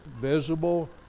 visible